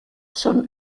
son